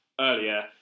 earlier